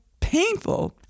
painful